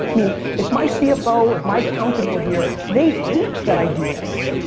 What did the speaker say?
i mean if my cfo or my accountant were here they hate that i do this.